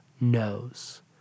knows